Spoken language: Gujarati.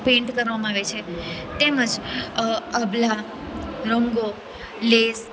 પેઇન્ટ કરવામાં આવે છે તેમજ અબલા રંગો લેઝ